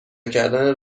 کردن